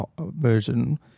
version